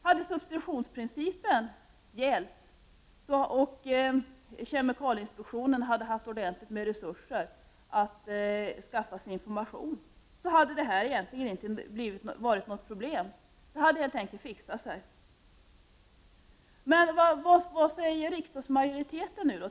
Hade substitutionsprincipen gällt och hade kemikalieinspektionen haft ordentligt med resurser att skaffa sig information hade det här egentligen inte varit något problem. Det hade helt enkelt ordnat sig. Vad säger riksdagsmajoriteten nu?